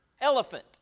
elephant